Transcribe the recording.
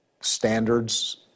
standards